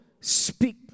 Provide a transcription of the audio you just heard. speak